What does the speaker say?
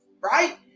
right